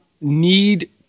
need